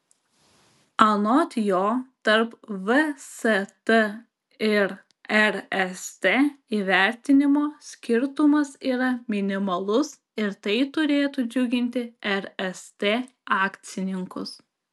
anot jo tarp vst ir rst įvertinimo skirtumas yra minimalus ir tai turėtų džiuginti rst akcininkus